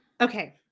Okay